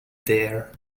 there